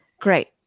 Great